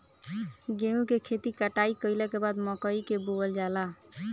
गेहूं के खेती कटाई कइला के बाद मकई के बोअल जाला